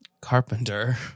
Carpenter